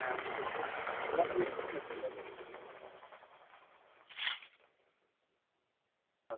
എല്ലാ ഫീച്ചേഴ്സും കിട്ടുമല്ലോ അല്ലേ ഓക്കെ